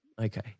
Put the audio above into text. Okay